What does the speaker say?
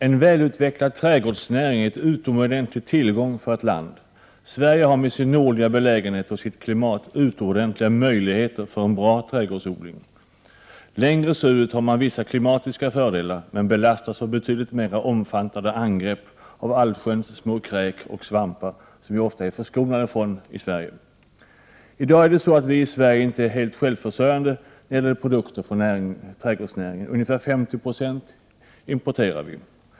Herr talman! En välutvecklad trädgårdsnäring är en utomordentlig tillgång för ett land. Sverige har med sin nordliga belägenhet och sitt klimat utomordentliga möjligheter för en bra trädgårdsnäring. Längre söderut har man vissa klimatiska fördelar men belastas av betydligt mera omfattande angrepp av allsköns små kräk och svampar som vi oftast är förskonade ifrån i Sverige. I dag är det så att vi i Sverige inte är självförsörjande när det gäller produkter från trädgårdsnäringen. Ungefär 50 90 importerar vi.